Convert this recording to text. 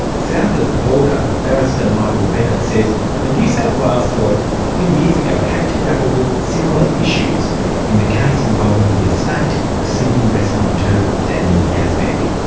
south of the border, barrister michael bennett says a new south wales court a few years ago had to grapple with similar issues in the case involving the estate of sydney restaurateur daniel yazbek.